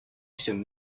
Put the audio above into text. всем